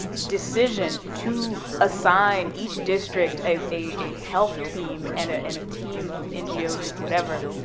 decision to assign each district a health team and a and team of ngo whatever,